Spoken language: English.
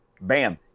bam